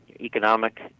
economic